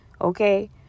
Okay